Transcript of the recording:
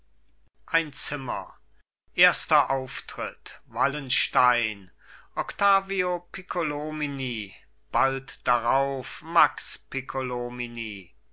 ein zimmer erster auftritt wallenstein octavio piccolomini bald darauf